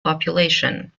population